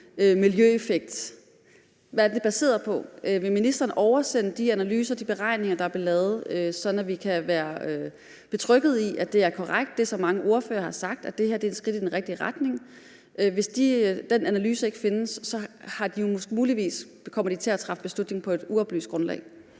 miljøeffekt? Hvad er det baseret på? Vil ministeren oversende de analyser og de beregninger, der er blevet lavet, sådan at vi kan være betrygget i, at det, som mange ordførere har sagt, er korrekt, altså at det her er et skridt i den rigtige retning? For hvis den analyse ikke findes, kommer de jo muligvis til at træffe en beslutning på et uoplyst grundlag.